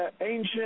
Ancient